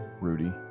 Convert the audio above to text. Rudy